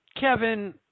Kevin